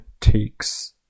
takes